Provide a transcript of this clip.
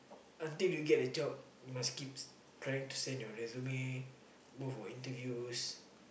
until you get a job you must keeps trying to send your resume go for interviews